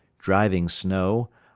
driving snow,